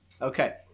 Okay